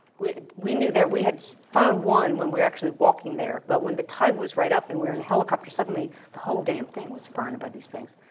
we, we knew that we had found one when we were actually walking there, but when the tide was right up and we're in helicopter, suddenly the whole damn thing was burned by these things.